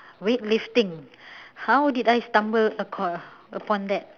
weightlifting how did I stumble upon upon that